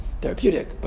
therapeutic